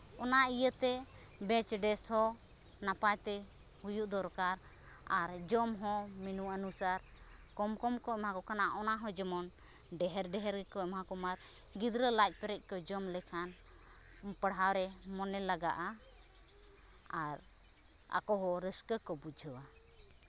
ᱚᱱᱟ ᱤᱭᱟᱹᱛᱮ bench desk ᱦᱚᱸ ᱱᱟᱯᱟᱭᱛᱮ ᱦᱩᱭᱩᱜ ᱫᱚᱨᱠᱟᱨ ᱟᱨ ᱡᱚᱢ ᱦᱚᱸ ᱢᱮᱱᱩ ᱚᱱᱩᱥᱟᱨ ᱠᱚᱢ ᱠᱚᱢ ᱠᱚ ᱮᱢᱟ ᱠᱚ ᱠᱟᱱᱟ ᱚᱱᱟ ᱦᱚᱸ ᱡᱮᱢᱚᱱ ᱰᱷᱮᱨ ᱰᱷᱮᱨ ᱜᱮᱠᱚ ᱮᱢᱟ ᱠᱚᱢᱟ ᱜᱤᱫᱽᱨᱟᱹ ᱞᱟᱡ ᱯᱮᱨᱮᱡ ᱠᱚ ᱡᱚᱢ ᱞᱮᱠᱷᱟᱱ ᱯᱟᱲᱦᱟᱣ ᱨᱮ ᱢᱚᱱᱮ ᱞᱟᱜᱟᱜᱼᱟ ᱟᱨ ᱟᱠᱚ ᱦᱚᱸ ᱨᱟᱹᱥᱠᱟᱹ ᱠᱚ ᱵᱩᱡᱷᱟᱹᱣᱟ